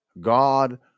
god